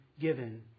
given